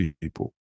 people